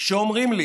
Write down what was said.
שאומרים לי: